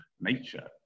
nature